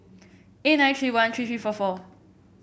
eight nine three one three three four four